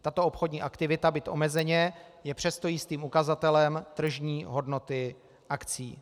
Tato obchodní aktivita, byť omezeně, je přesto jistým ukazatelem tržní hodnoty akcií.